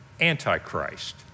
Antichrist